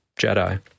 Jedi